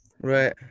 right